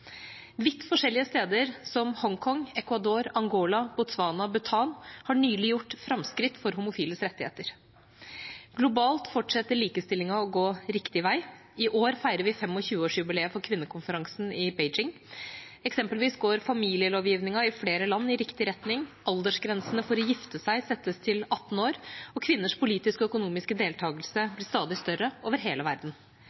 Vidt forskjellige steder som Hongkong, Ecuador, Angola, Botswana og Bhutan har nylig gjort framskritt for homofiles rettigheter. Globalt fortsetter likestillingen å gå riktig vei. I år feirer vi 25-årsjubileet for kvinnekonferansen i Beijing. Eksempelvis går familielovgivningen i flere land i riktig retning, aldersgrensen for å gifte seg settes til 18 år, og kvinners politiske og økonomiske deltakelse